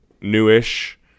Newish